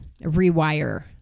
rewire